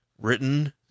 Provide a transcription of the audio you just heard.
written